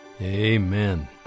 Amen